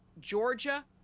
Georgia